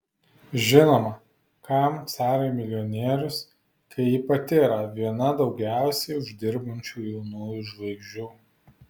žinoma kam carai milijonierius kai ji pati yra viena daugiausiai uždirbančių jaunųjų žvaigždžių